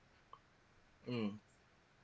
mm